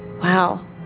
Wow